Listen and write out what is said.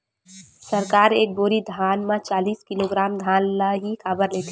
सरकार एक बोरी धान म चालीस किलोग्राम धान ल ही काबर लेथे?